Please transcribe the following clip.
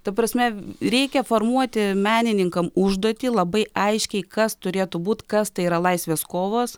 ta prasme reikia formuoti menininkams užduotį labai aiškiai kas turėtų būti kas tai yra laisvės kovos